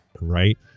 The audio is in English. right